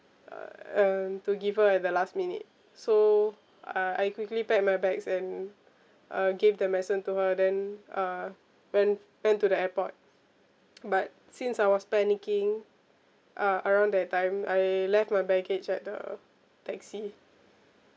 err and to give her at the last minute so uh I quickly pack my bags and uh give the medicine to her then uh went went to the airport but since I was panicking uh around that time I left my baggage at the taxi